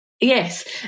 yes